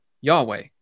Yahweh